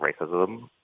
racism